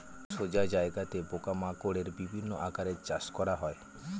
সোজা জায়গাত পোকা মাকড়ের বিভিন্ন আকারে চাষ করা হয়